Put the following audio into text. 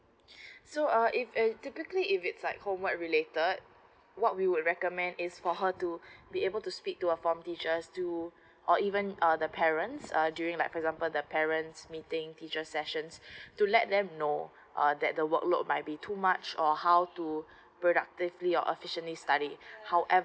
so uh if typically if it's like home work related what we would recommend is for her to be able to speak to a form teacher to or eve the parents err during like for example the parents meeting teacher sessions to let them know uh that the work load might be too much or how to productively or efficiently study however